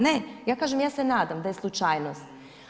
Ne, ja kažem, ja se nadam da je slučajnost.